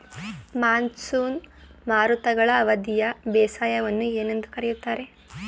Monsoon ಮಾರುತಗಳ ಅವಧಿಯ ಬೇಸಾಯವನ್ನು ಏನೆಂದು ಕರೆಯುತ್ತಾರೆ?